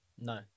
No